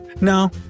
No